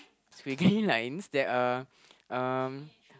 squiggly lines there are um